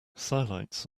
sidelights